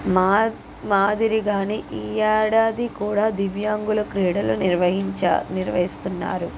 మా మాదిరీగానే ఈ ఏడాది కూడా దివ్యాంగుల క్రీడలు నిర్వహించా నిర్వహిస్తున్నారు